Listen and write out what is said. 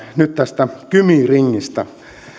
nyt tästä kymi ringistä